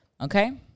Okay